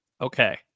Okay